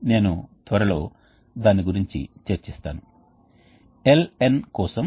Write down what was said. కాబట్టి అన్ని ముఖ్యమైన హీట్ ఎక్స్ఛేంజర్ గురించి చర్చిద్దాం ఉదాహరణకు మేము ప్లేట్ రకం హీట్ ఎక్స్ఛేంజర్ గురించి చర్చిద్దాం